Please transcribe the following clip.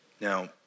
Now